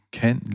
kan